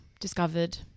discovered